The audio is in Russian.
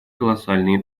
колоссальные